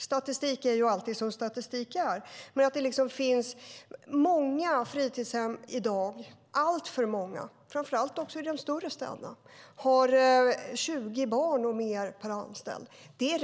Statistik är som det är, men det visar att det i dag finns många, alltför många, fritidshem, framför allt i de större städerna, som har 20 barn och fler per anställd.